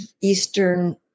Eastern